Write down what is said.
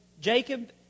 Jacob